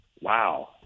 wow